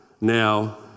Now